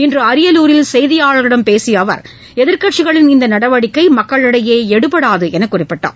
இன்று அரியலூரில் செய்தியாளர்களிடம் பேசிய அவர் எதிர்க்கட்சிகளின் இந்த நடவடிக்கை மக்களிடையே எடுபடாது என்று குறிப்பிட்டார்